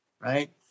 right